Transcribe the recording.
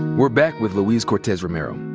we're back with luis cortes romero.